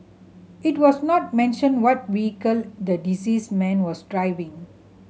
it was not mentioned what vehicle the deceased man was driving